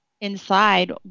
inside